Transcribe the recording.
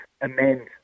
amend